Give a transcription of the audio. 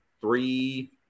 three